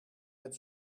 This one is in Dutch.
met